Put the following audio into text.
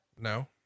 No